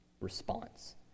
response